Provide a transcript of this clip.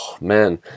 man